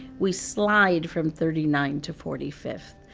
we slide from thirty nine to forty fifth.